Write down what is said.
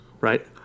Right